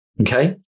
okay